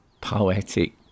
poetic